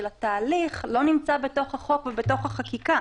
התהליך לא נמצא בתוך החוק ובתוך החקיקה